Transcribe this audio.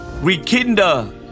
Rekindle